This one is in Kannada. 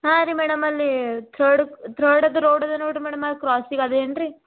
ಹಾಂ ರೀ ಮೇಡಮ್ ಅಲ್ಲಿ ತ್ರೋಡ್ದ ತ್ರೋಡದ ರೋಡ್ ಅದ ನೋಡಿರಿ ಮೇಡಮ್ ಅದು ಕ್ರಾಸಿಗೆ ಇದೇನ್ರಿ